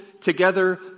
together